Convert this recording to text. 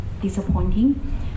disappointing